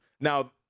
Now